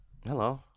Hello